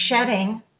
shedding